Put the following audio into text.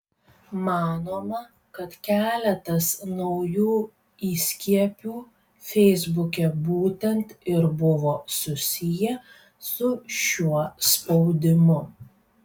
manoma kad keletas naujų įskiepių feisbuke būtent ir buvo susiję su šiuo spaudimu